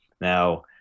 Now